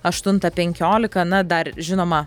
aštuntą penkiolika na dar žinoma